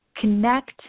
connect